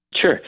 Sure